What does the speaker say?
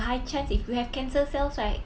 lajukan your hormones or something like that